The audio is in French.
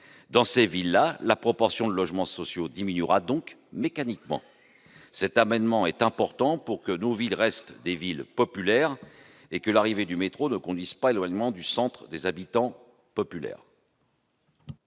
Dans ces villes-là, la proportion de logements sociaux diminuera donc mécaniquement. Il importe que nos villes restent des villes populaires et que l'arrivée du métro ne conduise pas à l'éloignement du centre des habitants modestes.